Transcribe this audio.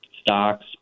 stocks